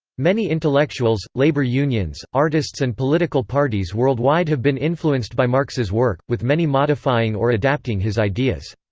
many intellectuals, labour unions, artists and political parties worldwide have been influenced by marx's work, with many modifying or adapting his ideas.